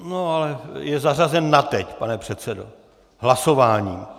No, ale je zařazen na teď, pane předsedo, hlasováním.